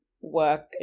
work